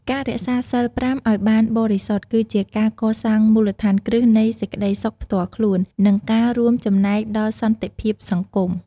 ការរក្សាសីល ៥ ឲ្យបានបរិសុទ្ធ គឺជាការកសាងមូលដ្ឋានគ្រឹះនៃសេចក្តីសុខផ្ទាល់ខ្លួន និងការរួមចំណែកដល់សន្តិភាពសង្គម។